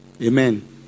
amen